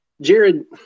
Jared